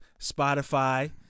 spotify